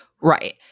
Right